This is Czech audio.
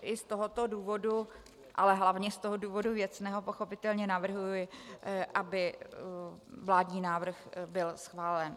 I z tohoto důvodu, ale hlavně z toho důvodu věcného pochopitelně navrhuji, aby vládní návrh byl schválen.